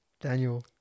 Daniel